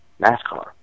NASCAR